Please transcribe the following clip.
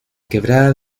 quebrada